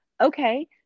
okay